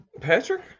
Patrick